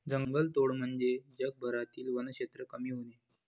जंगलतोड म्हणजे जगभरातील वनक्षेत्र कमी होणे